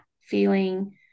feeling